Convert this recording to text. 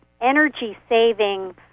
energy-saving